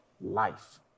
life